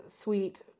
sweet